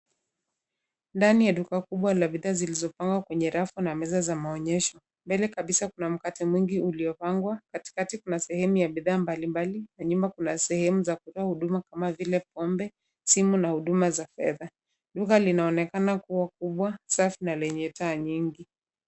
Ndani ya duka kubwa la bidhaa zilizopangwa kwenye rafu na meza za maonyesho. Mbele kabisa kuna mkate mwingi uliopangwa, katikati kuna sehemu ya bidhaa mbalimbali na nyuma kuna sehemu za kutoa huduma kama vile pombe, simu na huduma za fedha. Duka linaonekana kuwa kubwa, safi na lenye taa nyingi.